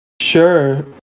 Sure